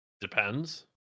depends